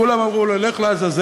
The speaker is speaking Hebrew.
כולם אמרו לו: לך לעזאזל,